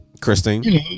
Christine